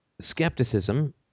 skepticism